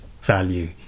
value